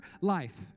life